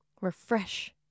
Refresh